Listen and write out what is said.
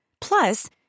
Plus